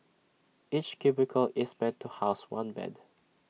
each cubicle is meant to house one bed